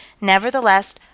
Nevertheless